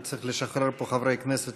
אני צריך לשחרר פה חברי כנסת